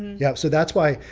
yeah so that's why,